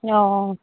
অঁ অঁ